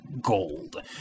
gold